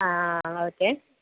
ആ ആ ഓക്കെ